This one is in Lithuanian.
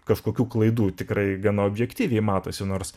kažkokių klaidų tikrai gana objektyviai matosi nors